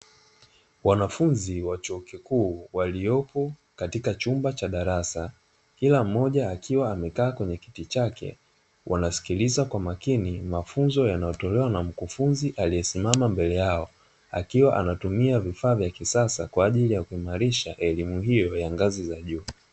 Wanafunzi wa chuo kikuu, waliopo katika chumba cha darasa, kila mmoja akiwa amekaa katika kiti chake, wanasikiliza kwa makini mafunzo yanayotolewa na mkufunzi aliyesimama mbele yao, akiwa anatumia vifaa vya kisasa kwa ajili ya kuimarisha elimu hiyo ya ngazi za juu.